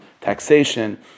taxation